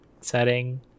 setting